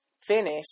finish